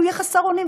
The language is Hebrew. ויהיה חסר אונים,